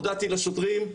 הודעתי לשוטרים,